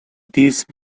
these